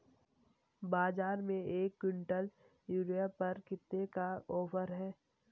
बाज़ार में एक किवंटल यूरिया पर कितने का ऑफ़र है?